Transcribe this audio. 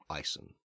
Ison